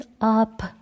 up